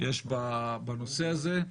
יש בנושא הזה,